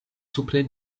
supre